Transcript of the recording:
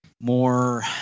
more